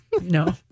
No